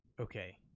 Okay